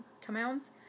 commands